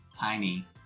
tiny